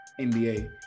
NBA